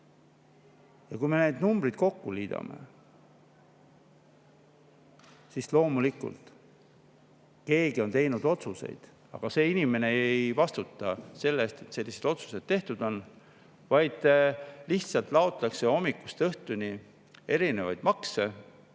Ja kui me need numbrid kokku liidame, siis loomulikult, keegi on teinud otsuseid, aga see inimene ei vastuta selle eest, et sellised otsused tehtud on, vaid lihtsalt laotatakse hommikust õhtuni erinevaid makse